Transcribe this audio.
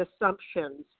assumptions